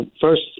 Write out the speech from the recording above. First